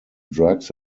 drugs